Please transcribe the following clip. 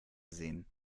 sehen